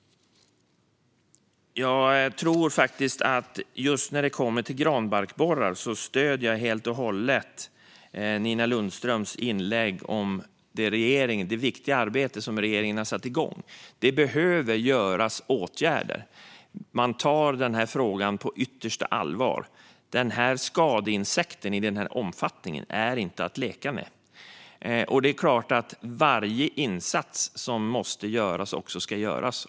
Just när det gäller granbarkborrar stöder jag helt och hållet Nina Lundströms inlägg om det viktiga arbete som regeringen har satt igång. Det behövs åtgärder. Man tar den här frågan på yttersta allvar. Denna omfattning av denna skadeinsekt är inte att leka med. Varje insats som behövs ska också göras.